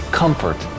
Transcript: comfort